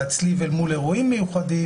להצליב אל מול אירועים מיוחדים,